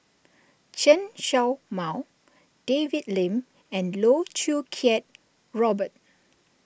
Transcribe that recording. Chen Show Mao David Lim and Loh Choo Kiat Robert